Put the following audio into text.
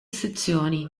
sezioni